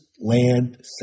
land